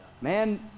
Man